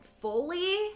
fully